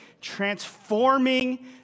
Transforming